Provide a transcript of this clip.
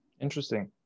Interesting